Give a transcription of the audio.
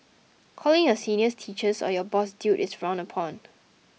calling your seniors teachers or your boss dude is frowned upon